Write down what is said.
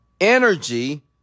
energy